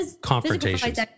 confrontations